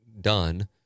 done